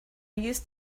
used